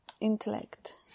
intellect